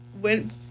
went